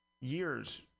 years